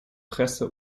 presse